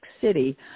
City